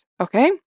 Okay